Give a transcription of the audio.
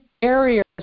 barriers